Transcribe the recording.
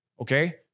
okay